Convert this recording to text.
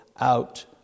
out